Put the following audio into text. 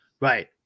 Right